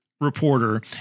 reporter